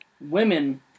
women